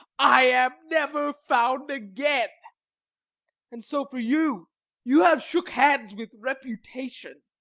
i am never found again and so for you you have shook hands with reputation,